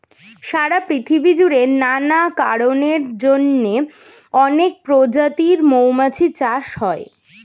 সারা পৃথিবী জুড়ে নানা কারণের জন্যে অনেক প্রজাতির মৌমাছি চাষ হয়